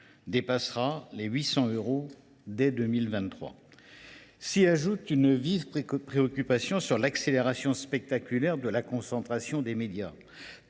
à plus de 800 euros en 2023. S’y ajoute une vive préoccupation sur l’accélération spectaculaire de la concentration des médias.